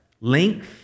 length